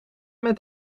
met